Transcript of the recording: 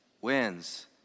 Wins